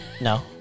No